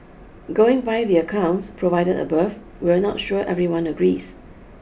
going by the accounts provided above we're not sure everyone agrees